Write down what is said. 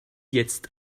jetzt